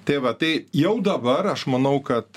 tai va tai jau dabar aš manau kad